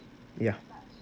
yeah